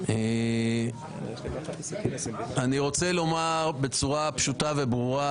אני רוצה לומר בצורה פשוטה וברורה,